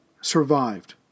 survived